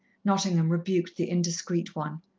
nottingham rebuked the indiscreet one.